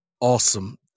Awesome